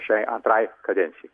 šiai antrai kadencijai